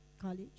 college